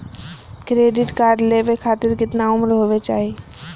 Credit card लेवे खातीर कतना उम्र होवे चाही?